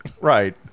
Right